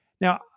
Now